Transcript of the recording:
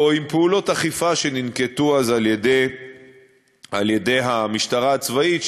או עם פעולות אכיפה שננקטו אז על-ידי המשטרה הצבאית,